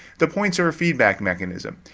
the points are a feedback mechanism.